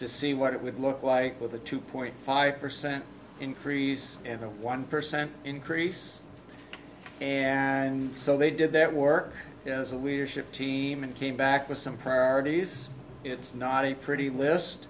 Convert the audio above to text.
to see what it would look like with a two point five percent increase in the one percent increase and so they did that work as a leadership team and came back with some priorities it's not a pretty list